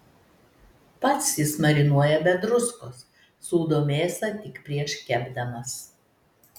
pats jis marinuoja be druskos sūdo mėsą tik prieš kepdamas